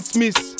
Smith